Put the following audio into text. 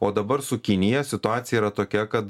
o dabar su kinija situacija yra tokia kad